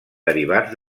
derivats